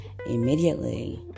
Immediately